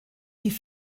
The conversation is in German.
die